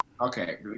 Okay